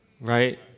Right